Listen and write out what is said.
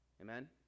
Amen